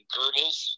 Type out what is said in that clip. Goebbels